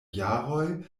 jaroj